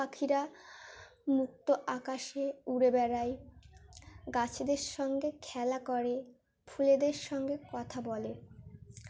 পাখিরা মুক্ত আকাশে উড়ে বেড়ায় গাছেদের সঙ্গে খেলা করে ফুলেদের সঙ্গে কথা বলে